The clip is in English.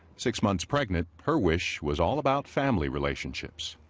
six months pregnant, her wish was all about family relationships.